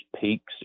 peaks